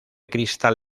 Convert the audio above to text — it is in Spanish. cristal